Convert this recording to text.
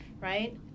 right